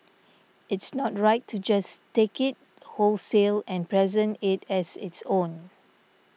it's not right to just take it wholesale and present it as its own